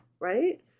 Right